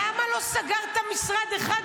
למה לא סגרת משרד אחד,